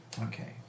Okay